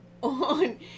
on